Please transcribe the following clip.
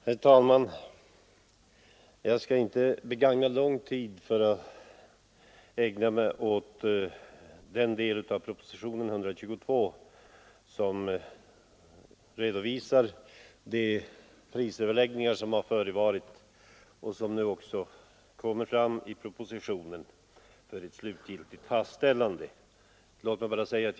Herr talman! Jag skall inte ägna lång tid åt den del av propositionen 122 som redovisar de prisöverläggningar som förevarit och som resulterat i de förslag som nu slutgiltigt skall fastställas.